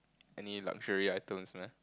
any luxury item meh